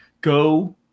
go